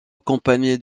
accompagné